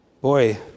Boy